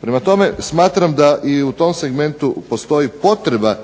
Prema tome, smatram da u tom segmentu postoji potreba